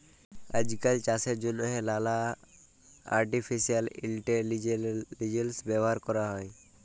আইজকাল চাষের জ্যনহে লালা আর্টিফিসিয়াল ইলটেলিজেলস ব্যাভার ক্যরা হ্যয়